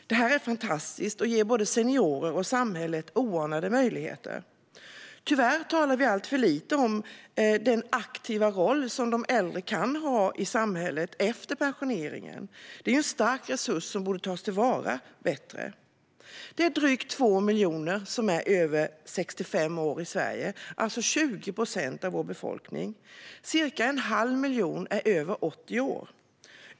Det är fantastiskt och ger både seniorer och samhället oanade möjligheter. Tyvärr talar vi alltför lite om den aktiva roll som de äldre kan ha i samhället efter pensioneringen. De är en stark resurs som borde tas till vara bättre. Det finns drygt 2 miljoner som är över 65 år i Sverige, det vill säga 20 procent av vår befolkning. Cirka en halv miljon är över 80 år.